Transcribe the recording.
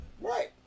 right